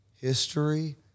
history